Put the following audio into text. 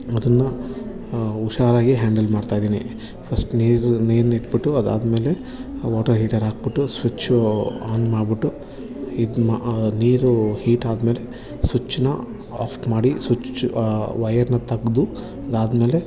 ಅದನ್ನು ಹುಷಾರಾಗಿ ಹ್ಯಾಂಡಲ್ ಮಾಡ್ತಾಯಿದ್ದೀನಿ ಫಸ್ಟ್ ನೀರು ನೀರನ್ನ ಇಟ್ಟುಬಿಟ್ಟು ಅದಾದ ಮೇಲೆ ವಾಟರ್ ಹೀಟರ್ ಹಾಕಿಬಿಟ್ಟು ಸ್ವಿಚ್ಚು ಆನ್ ಮಾಡಿಬಿಟ್ಟು ಇದು ಮಾ ನೀರು ಹೀಟಾದ ಮೇಲೆ ಸ್ವಿಚ್ಚನ್ನ ಆಫ್ ಮಾಡಿ ಸ್ವಿಚ್ ವೈರನ್ನ ತೆಗ್ದು ಅದಾದ ಮೇಲೆ